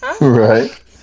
Right